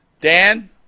Dan